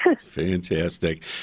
Fantastic